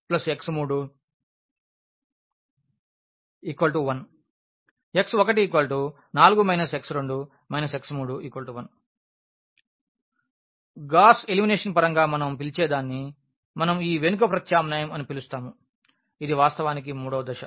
x32 x2 1x31 x14 x2 x31 Gauss elimination పరంగా మనం పిలిచేదాన్ని మనం బ్యాక్ సబిస్టిట్యూషన్ అని పిలుస్తాము ఇది వాస్తవానికి మూడవ దశ